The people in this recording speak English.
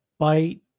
byte